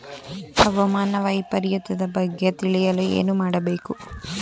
ಹವಾಮಾನ ವೈಪರಿತ್ಯದ ಬಗ್ಗೆ ತಿಳಿಯಲು ಏನು ಮಾಡಬೇಕು?